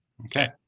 Okay